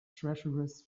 treacherous